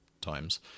times